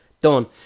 done